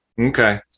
Okay